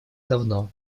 давно